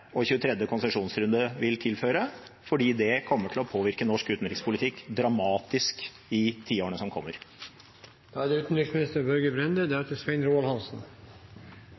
og den 24. konsesjonsrunden vil tilføre fordi det kommer til å påvirke norsk utenrikspolitikk dramatisk i tiårene som